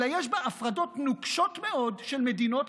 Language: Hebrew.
אלא יש בה הפרדות נוקשות מאוד של מדינות,